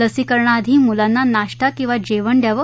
लसीकरणाआधी मुलांना नाश्ता किंवा जेवण द्यावं